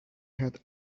had